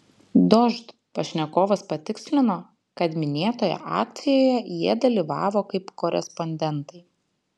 dožd pašnekovas patikslino kad minėtoje akcijoje jie dalyvavo kaip korespondentai